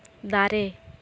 ᱫᱟᱨᱮ